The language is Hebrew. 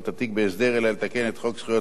אלא לתקן את חוק זכויות נפגעי עבירה,